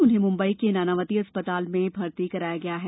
उन्हें मुम्बई के नानावती अस्पताल में भर्ती कराया गया है